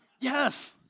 Yes